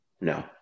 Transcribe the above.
No